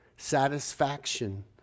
satisfaction